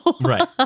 Right